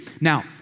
Now